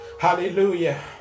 hallelujah